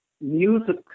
music